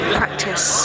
practice